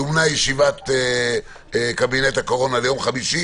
זומנה ישיבת קבינט הקורונה ליום חמישי.